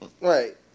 right